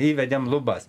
įvedėm lubas